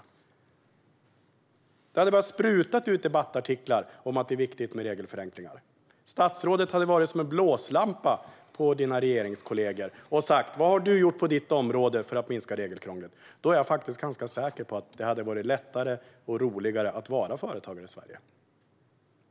Jag är ganska säker på att det hade varit lättare och roligare att vara företagare i Sverige om det hade sprutat ut debattartiklar om att det är viktigt med regelförenklingar och om statsrådet hade varit som en blåslampa på sina regeringskollegor och frågat vad de har gjort på sina respektive områden för att minska regelkrånglet.